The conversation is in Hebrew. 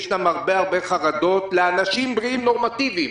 יש הרבה חרדות לאנשים בריאים ונורמטיביים,